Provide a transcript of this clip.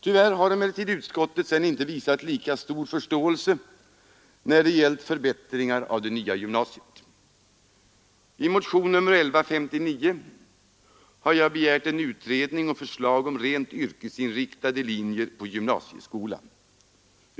Tyvärr har emellertid utskottet sedan inte visat lika stor förståelse när det gällt förbättringar i det nya gymnasiet. I motionen 1159 har jag begärt utredning och förslag om rent yrkesinriktade linjer på gymnasieskolan.